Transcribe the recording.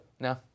No